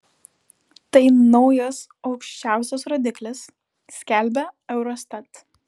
tai naujas aukščiausias rodiklis skelbia eurostat